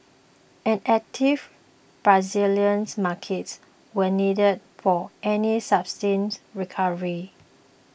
an active Brazilian markets were needed for any sustained recovery